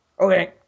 Okay